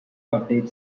update